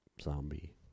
zombie